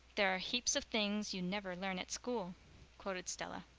there are heaps of things you never learn at school quoted stella.